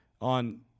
on –